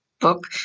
book